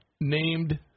named